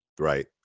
Right